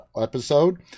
episode